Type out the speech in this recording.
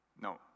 no